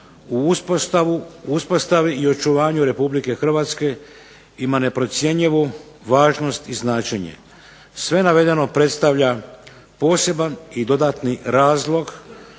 u uspostavi i očuvanju Republike Hrvatske ima neprocjenjivu važnost i značenje. Sve navedeno predstavlja poseban i dodatni razlog